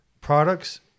products